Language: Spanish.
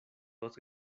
dos